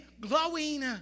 glowing